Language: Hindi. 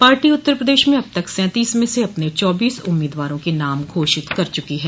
पार्टी उत्तर प्रदेश में अब तक सैंतीस में से अपने चौबीस उम्मीदवारों के नाम घोषित कर चुकी हैं